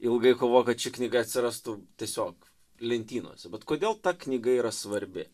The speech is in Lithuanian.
ilgai kovojo kad ši knyga atsirastų tiesiog lentynose bet kodėl ta knyga yra svarbi